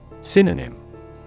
Synonym